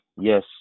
yes